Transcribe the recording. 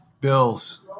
Bills